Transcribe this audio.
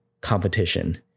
competition